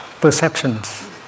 perceptions